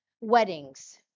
Weddings